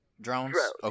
drones